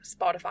Spotify